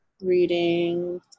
reading